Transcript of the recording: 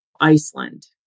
Iceland